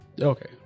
Okay